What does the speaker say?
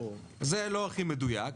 זה לא הכי מדויק.